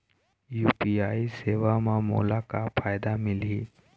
UPI सेवा म मोला का फायदा मिलही?